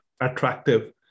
attractive